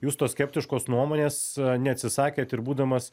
jūs tos skeptiškos nuomonės neatsisakėt ir būdamas